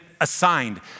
Assigned